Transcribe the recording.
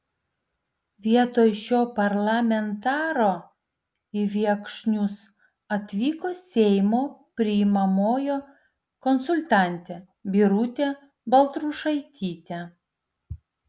vietoj šio parlamentaro į viekšnius atvyko seimo priimamojo konsultantė birutė baltrušaitytė